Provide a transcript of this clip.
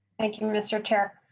thank you mister chair.